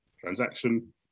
transaction